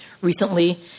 Recently